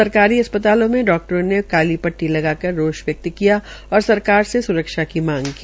सरकारी अस्पतालों मे डाक्टरों ने काली पट्टी लगाकर रोष व्यक्त किया और सरकार से स्रक्षा की मांग की